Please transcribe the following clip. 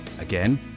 Again